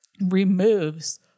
removes